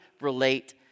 relate